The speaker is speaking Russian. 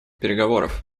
переговоров